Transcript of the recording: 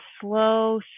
slow